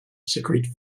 secrete